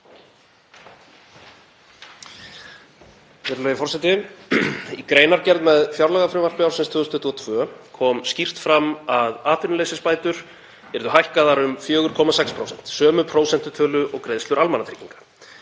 Virðulegi forseti. Í greinargerð með fjárlagafrumvarpi ársins 2022 kom skýrt fram að atvinnuleysisbætur yrðu hækkaðar um 4,6%, um sömu prósentutölu og greiðslur almannatrygginga.